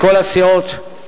מכל הסיעות.